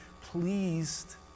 pleased